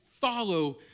follow